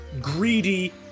greedy